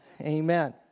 Amen